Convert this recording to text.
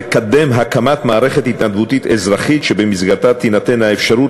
לקדם הקמת מערכת התנדבותית אזרחית שבמסגרתה תינתן האפשרות